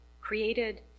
created